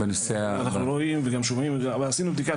אנחנו רואים וגם שומעים אבל עשינו בדיקה.